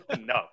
no